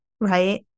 right